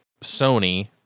Sony